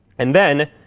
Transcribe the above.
and then,